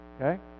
okay